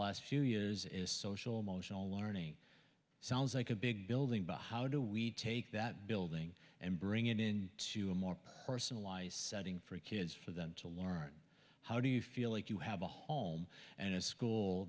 last few years is social emotional learning sounds like a big building but how do we take that building and bring it in to a more personalized setting for kids for them to learn how do you feel like you have a home and a school